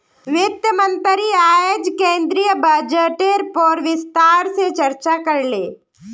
वित्त मंत्री अयेज केंद्रीय बजटेर पर विस्तार से चर्चा करले